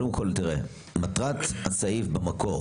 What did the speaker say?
קודם כול, מטרת הסעיף במקור